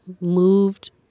moved